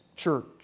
church